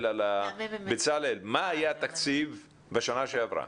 בצלאל מה היה התקציב בשנה שעברה